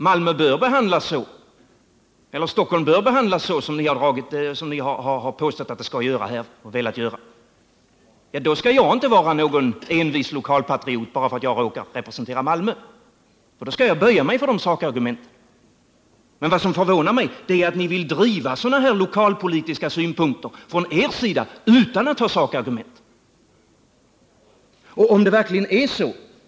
Malmö eller Stockholm bör behandlas så som ni har påstått och velat göra gällande här, då skall jag inte vara någon envis lokalpatriot bara därför att jag råkar representera Malmö, utan då skall jag böja mig för de sakargumenten. Men vad som förvånar mig är att ni vill driva sådana lokalpolitiska synpunkter från er sida utan att ha några sakargument.